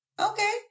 Okay